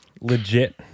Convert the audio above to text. Legit